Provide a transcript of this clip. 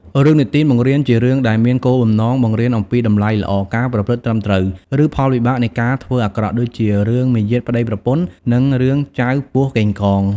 រឿងនិទានបង្រៀនជារឿងដែលមានគោលបំណងបង្រៀនអំពីតម្លៃល្អ ការប្រព្រឹត្តត្រឹមត្រូវ ឬផលវិបាកនៃការធ្វើអាក្រក់ ដូចជា រឿងមាយាទប្ដីប្រពន្ធ នឹង រឿងចៅពស់កេងកង ។